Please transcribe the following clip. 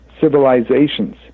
civilizations